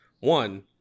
one